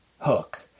hook